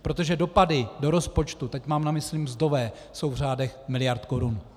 Protože dopady do rozpočtu, teď mám na mysli mzdové, jsou v řádech miliard korun.